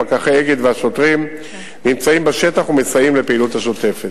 פקחי "אגד" והשוטרים נמצאים בשטח ומסייעים לפעילות השוטפת.